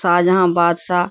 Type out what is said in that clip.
شاہ جہاں بادشاہ